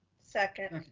second.